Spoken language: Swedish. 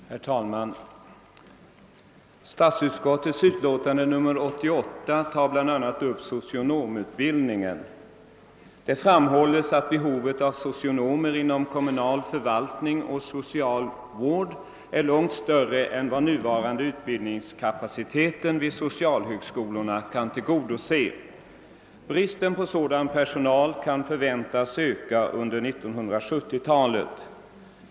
Herr talman! I statsutskottets utlåtande nr 88 tas bl.a. socionomutbildningen upp. Det framhålls att behovet av socionomer inom kommunal förvaltning och socialvård är långt större än vad den nuvarande utbildningskapaciteten vid socialhögskolorna kan tillgodose. Bristen på sådan personal kan förväntas öka under 1970-talet.